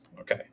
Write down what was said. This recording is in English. Okay